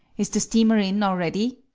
is the steamer in already?